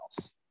else